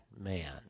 man